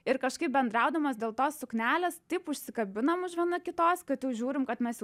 ir kažkaip bendraudamos dėl to suknelės taip užsikabinom už viena kitos kad jau žiūrim kad mes